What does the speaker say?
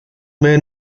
may